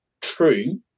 true